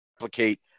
replicate